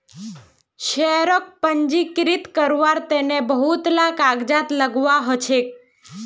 शेयरक पंजीकृत कारवार तन बहुत ला कागजात लगव्वा ह छेक